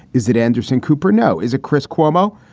is it anderson cooper? no. is it chris cuomo?